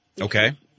Okay